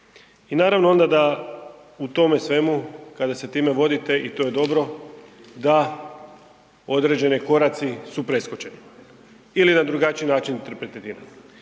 I naravno onda da u tome svemu kada se time vodite i to je dobro da određeni koraci su preskočeni ili na drugačiji način interpretiraju.